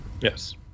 Yes